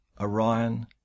Orion